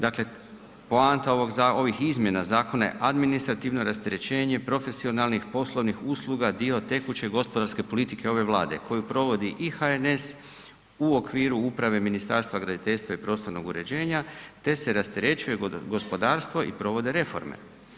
Dakle poanta ovih izmjena zakona je administrativno rasterećenje, profesionalnih poslovnih usluga, dio tekuće gospodarske politike ove Vlade koju provodi i HNS u okviru uprave Ministarstva graditeljstva i prostornog uređenja te se rasterećuje gospodarstvo i provode reforme.